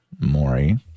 Maury